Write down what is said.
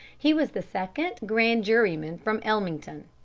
he was the second grand juryman from ellmington.